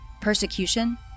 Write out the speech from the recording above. persecution